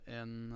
en